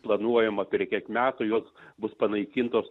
planuojama per kiek metų jos bus panaikintos